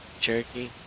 Cherokee